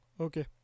okay